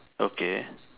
okay